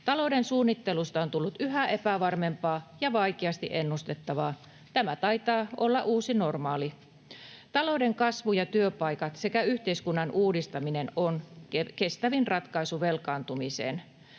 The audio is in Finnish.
Talouden suunnittelusta on tullut yhä epävarmempaa ja vaikeasti ennustettavaa. Tämä taitaa olla uusi normaali. Talouden kasvu ja työpaikat sekä yhteiskunnan uudistaminen on kestävin ratkaisu velkaantumiseen.